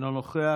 אינו נוכח.